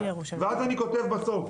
ואז אני כותב בסוף: